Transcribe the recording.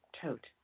tote